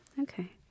Okay